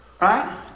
right